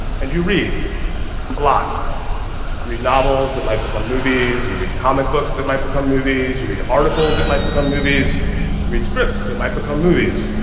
and you read, a lot. you read novels that might become movies, you read comic books that might become movies, you read articles that might become movies, you read scripts that might become movies.